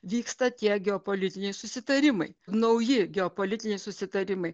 vyksta tie geopolitiniai susitarimai nauji geopolitiniai susitarimai